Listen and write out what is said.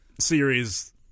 series